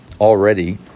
Already